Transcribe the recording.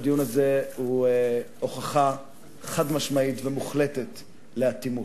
שהדיון הזה הוא הוכחה חד-משמעית ומוחלטת לאטימות,